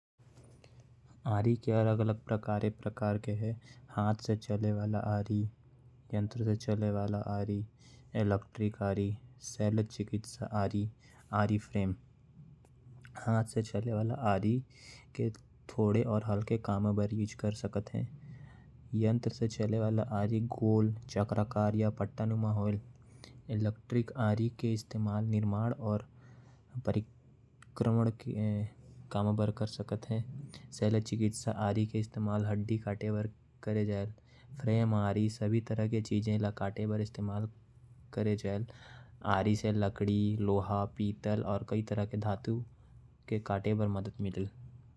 आरी अलग अलग प्रकार के आयल। हाथ से चले वाला आरी बिजली से चले वाला आरी। डॉक्टर मन के द्वारा भी आरी के उपयोग करल जायल। ताकी हड्डी ला काट सके या प्लास्टर ल काट सके। फ्रेम आरी के उपयोग कोई भी चीज ला कटे में उपयोग कर सकत ही। आरी से लकड़ी लोहा पीतल के काटे में उपयोगी होयल।